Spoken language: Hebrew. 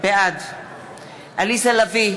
בעד עליזה לביא,